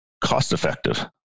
cost-effective